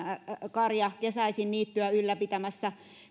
karja kesäisin niittyä ylläpitämässä